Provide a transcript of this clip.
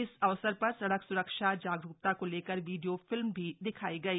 इस अवसर पर सड़क सुरक्षा जागरूकता को लेकर वीडियो फिल्म भी दिखाई गई